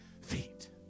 feet